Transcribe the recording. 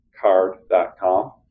card.com